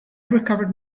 recovered